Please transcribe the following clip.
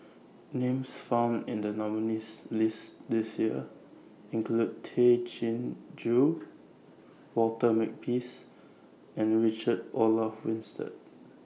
Names found in The nominees' list This Year include Tay Chin Joo Walter Makepeace and Richard Olaf Winstedt